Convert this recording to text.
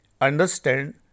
understand